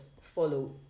follow